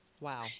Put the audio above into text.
wow